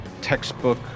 textbook